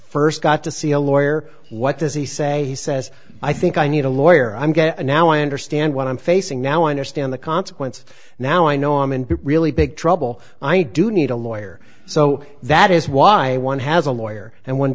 first got to see a lawyer what does he say he says i think i need a lawyer i'm getting now i understand what i'm facing now i understand the consequences now i know i'm in really big trouble i do need a lawyer so that is why one has a lawyer and